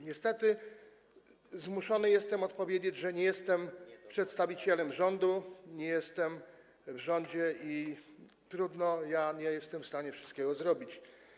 Niestety zmuszony jestem odpowiedzieć, że nie jestem przedstawicielem rządu, nie jestem w rządzie i, trudno, nie jestem w stanie wszystkiego zrobić.